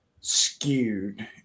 skewed